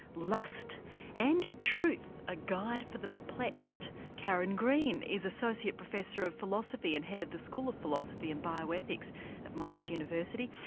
lust and truth a guide for the perplexed. karen green is associate professor of philosophy and head of the school of philosophy and bioethics at monash university,